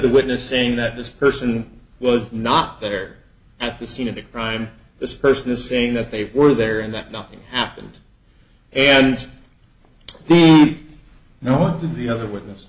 the witness saying that this person was not there at the scene of the crime this person is saying that they were there and that nothing happened and the you know the other witness